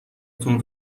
تون